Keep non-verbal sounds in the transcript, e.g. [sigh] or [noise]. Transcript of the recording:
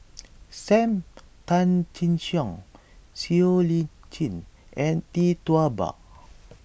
[noise] Sam Tan Chin Siong Siow Lee Chin and Tee Tua Ba